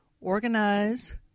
Organize